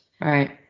Right